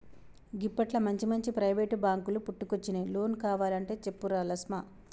గిప్పట్ల మంచిమంచి ప్రైవేటు బాంకులు పుట్టుకొచ్చినయ్, లోన్ కావలంటే చెప్పురా లస్మా